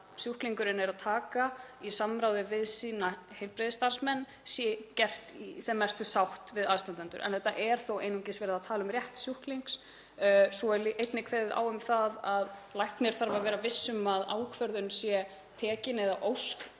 sjúklingurinn er að taka í samráði við sína heilbrigðisstarfsmenn sé tekin í sem mestri sátt við aðstandendur. En þarna er þó einungis verið að tala um rétt sjúklings. Svo er einnig kveðið á um það að læknir þurfi að vera viss um að ákvörðun sé tekin eða ósk